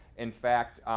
in fact,